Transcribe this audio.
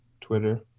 twitter